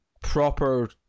proper